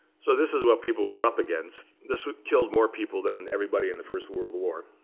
so this is what people were up against. this killed more people than everybody in the first world war.